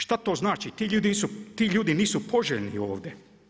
Šta to znači, ti ljudi nisu poželjni ovdje.